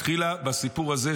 מתחילה בסיפור הזה,